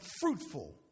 fruitful